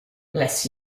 bless